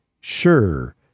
sure